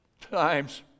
times